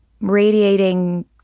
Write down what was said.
radiating